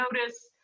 notice